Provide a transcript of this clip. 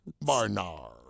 Barnard